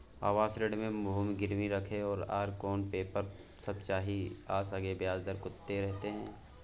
आवास ऋण म भूमि गिरवी राखै पर आर कोन पेपर सब चाही आ संगे ब्याज दर कत्ते रहते?